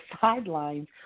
sidelines